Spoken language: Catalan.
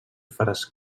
faràs